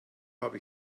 habe